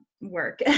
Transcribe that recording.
work